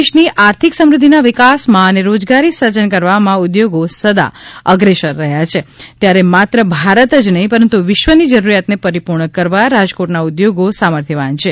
દેશની આર્થિક સમૃદ્ધિના વિકાસમાં અને રોજગારી સર્જન કરવામાં ઉદ્યોગો સદા અગ્રેસર રહ્યા છે ત્યારે માત્ર ભારત જ નહીં પરંતુ વિશ્વની જરૂરિયાતોને પરિપૂર્ણ કરવા રાજકોટના ઉદ્યોગો સામર્થ્યવાન છે